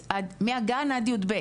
מהגן עד יב',